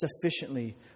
sufficiently